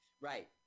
Right